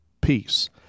Peace